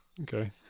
Okay